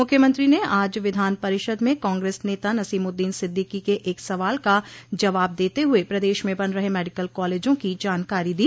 मुख्यमंत्री ने आज विधान परिषद में कांग्रेस नेता नसीमुद्दीन सिद्दीकी के एक सवाल का जवाब देते हुए प्रदेश में बन रहे मेडिकल कॉलेजों की जानकारी दी